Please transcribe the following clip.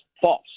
false